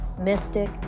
mystic